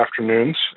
afternoons